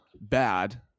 bad